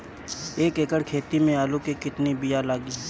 एक एकड़ खेती में आलू के कितनी विया लागी?